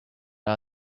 our